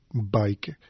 Bike